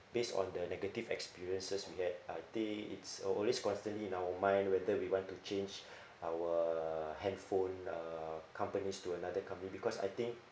based on the negative experiences we had I think it's al~ always constantly in our mind whether we want to change our handphone uh companies to another company because I think